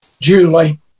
Julie